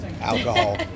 alcohol